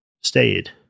stayed